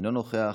אינו נוכח,